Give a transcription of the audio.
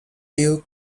duke